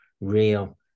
real